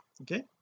okay